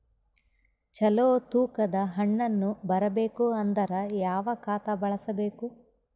ಚಲೋ ತೂಕ ದ ಹಣ್ಣನ್ನು ಬರಬೇಕು ಅಂದರ ಯಾವ ಖಾತಾ ಬಳಸಬೇಕು?